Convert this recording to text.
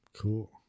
Cool